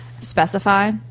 specify